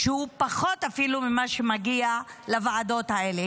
שהוא אפילו פחות ממה שמגיע לוועדות האלה.